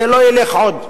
לא ילך עוד.